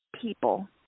people